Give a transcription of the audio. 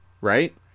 right